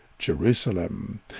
Jerusalem